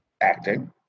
acting